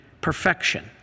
perfection